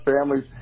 families